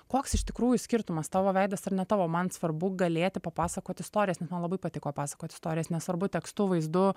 koks iš tikrųjų skirtumas tavo veidas ar ne tavo man svarbu galėti papasakot istorijas man labai patiko pasakot istorijas nesvarbu tekstu vaizdu